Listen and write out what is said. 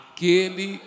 Aquele